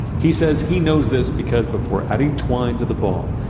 he says he knows this, because before adding twine to the ball,